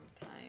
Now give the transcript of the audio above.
time